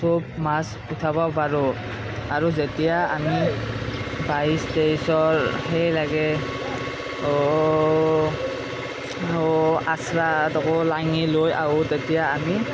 চব মাছ উঠাব পাৰোঁ আৰু যেতিয়া আমি বাইছ তেইছৰ সেই লাগে আচৰা কৱেইলাঙি লৈ আহো তেতিয়া আমি